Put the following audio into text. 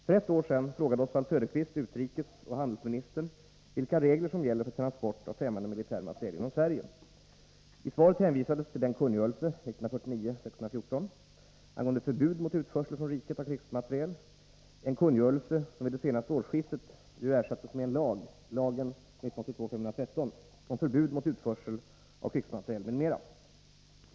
För ett år sedan frågade Oswald Söderqvist utrikesoch handelsministern vilka regler som gäller för transport av främmande militär materiel genom Sverige. I svaret hänvisades till den kungörelse angående förbud mot utförsel från riket av krigsmateriel som vid det senaste årsskiftet ersattes med en lag — lagen om förbud mot utförsel av krigsmateriel m.m.